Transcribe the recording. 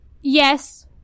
yes